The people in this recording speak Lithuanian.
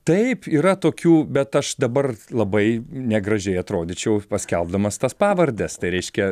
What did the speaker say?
taip yra tokių bet aš dabar labai negražiai atrodyčiau paskelbdamas tas pavardes tai reiškia